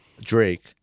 Drake